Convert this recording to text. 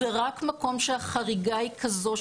ורק מקום שהחריגה היא כזו,